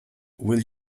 will